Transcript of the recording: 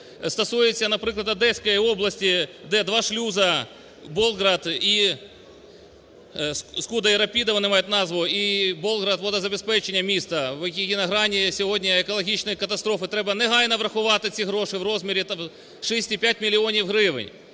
стосується, наприклад, Одеської області, де два шлюзи: Болград і … Скунда и Репида - вони мають назву, і Болград, водозабезпечення міста, які на грані сьогодні екологічної катастрофи, треба негайно врахувати ці гроші в розмірі 6,5 мільйонів